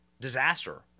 disaster